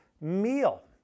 meal